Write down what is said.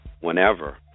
whenever